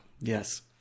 yes